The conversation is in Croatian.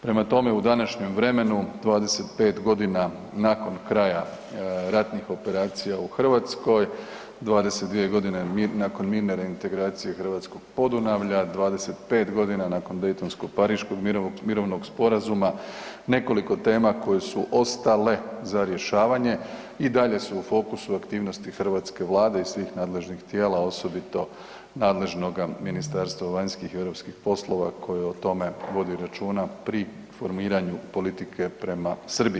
Prema tome, u današnjem vremenu, 25.g. nakon kraja ratnih operacija u Hrvatskoj, 22.g. nakon mirne reintegracije hrvatskog Podunavlja, 25.g. nakon Daytonskog pariškog mirovnog sporazuma, nekoliko tema koje su ostale za rješavanje i dalje su u fokusu aktivnosti hrvatske vlade i svih nadležnih tijela, osobito nadležnoga Ministarstva vanjskih i europskih poslova koji o tome vodi računa pri formiranju politike prema Srbiji.